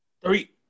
Three